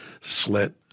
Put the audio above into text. slit